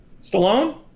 Stallone